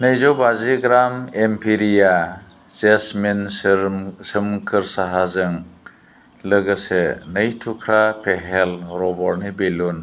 नैजौबाजि ग्राम एम्पेरिया जेसमिन सोमखोर साहाजों लोगोसे नै थुख्रा पेहेल रबरनि बेलुन